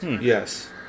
yes